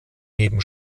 neben